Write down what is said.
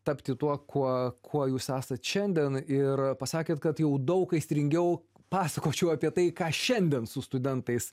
tapti tuo kuo kuo jūs esat šiandien ir pasakėt kad jau daug aistringiau pasakočiau apie tai ką šiandien su studentais